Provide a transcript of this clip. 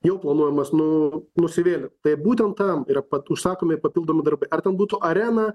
jau planuojamas nu nusivėlint tai būtent tam yra pat užsakomi papildomi darbai ar ten būtų arena